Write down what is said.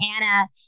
Anna